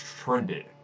trended